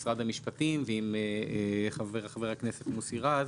משרד המשפטים וחבר הכנסת מוסי רז.